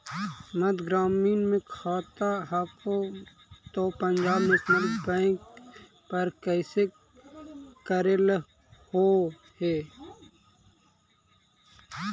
मध्य ग्रामीण मे खाता हको तौ पंजाब नेशनल पर कैसे करैलहो हे?